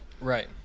Right